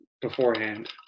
beforehand